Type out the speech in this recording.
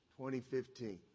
2015